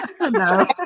No